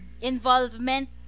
involvement